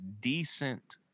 decent